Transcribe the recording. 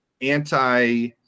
anti